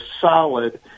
solid